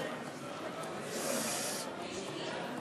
שים לב